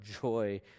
joy